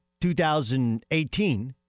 2018